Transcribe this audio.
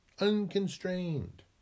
unconstrained